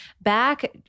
back